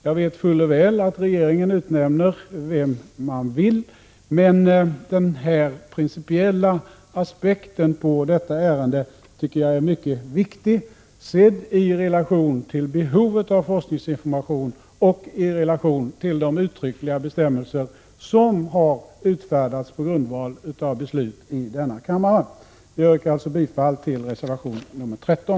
Jag vet fuller väl att regeringen utnämner vem den vill, men den principiella aspekten på detta ärende tycker jag är mycket viktig, sett i relation till behovet av forskningsinformation och i relation till de uttryckliga bestämmelser som har utfärdats på grundval av beslut i denna kammare. Jag yrkar bifall till reservation 13.